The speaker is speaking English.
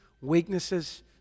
weaknesses